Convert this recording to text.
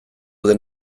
den